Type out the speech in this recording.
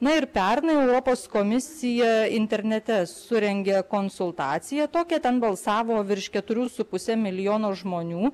na ir pernai europos komisija internete surengė konsultaciją tokią ten balsavo virš keturių su puse milijono žmonių